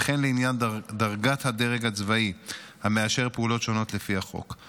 וכן לעניין דרגת הדרג הצבאי המאשר פעולות שונות לפי החוק,